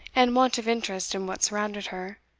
and want of interest in what surrounded her,